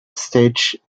stage